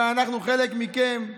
ואנחנו חלק מכם,